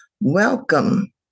Welcome